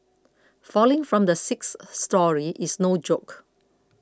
falling from the sixth storey is no joke